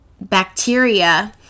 bacteria